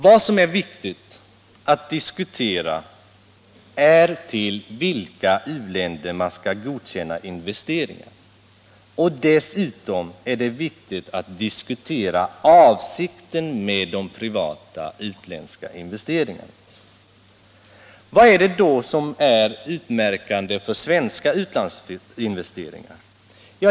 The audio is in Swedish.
Vad som är viktigt att diskutera är, vilka u-länder man skall godkänna investeringar i. Dessutom är det viktigt att diskutera avsikten med de privata utländska investeringarna. Vad är det då som är utmärkande för svenska utlandsinvesteringar?